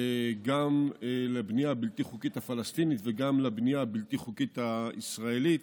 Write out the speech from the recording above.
גם לבנייה הבלתי-חוקית הפלסטינית וגם לבנייה הבלתי-חוקית הישראלית,